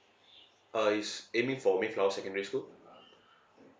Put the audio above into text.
uh he's aiming for mayflower secondary school